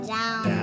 Down